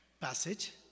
passage